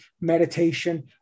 meditation